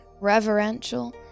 reverential